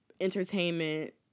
entertainment